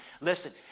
Listen